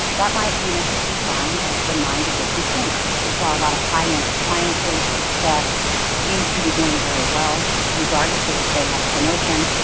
that might be an interesting sign of the mind of the consumer. you saw a lot of high-end appliances that seem to be doing very well regardless of if they had a promotion.